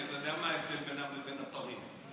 כי אתה יודע מה ההבדל בינם לבין הפרים,